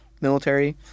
military